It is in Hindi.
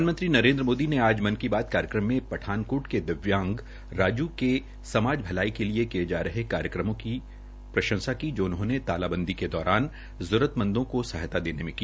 प्रधानमंत्री नरेन्द्र मोदी ने आज मन की बात कार्यक्रम में पठानकोट के दविव्यांग राजू के समाज भलाई के लिए किये जा रहे कार्यक्रमों की प्रंशसा की जो तालाबंदी के दौरान जरूरतमंदो को सहायता देने में की